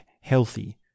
healthy